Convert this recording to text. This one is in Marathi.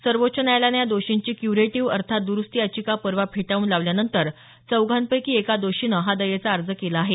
सर्वोच्च न्यायालयानं या दोषींची क्युरेटीव्ह अर्थात दरुस्ती याचिका परवा फेटाळून लावल्यानंतर चौघांपैकी एका दोषीनं हा दयेचा अर्ज केला आहे